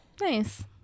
nice